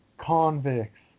convicts